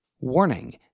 Warning